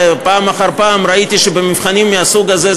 פעם אחר פעם ראיתי שבמבחנים מהסוג הזה,